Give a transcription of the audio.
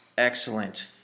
Excellent